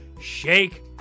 shake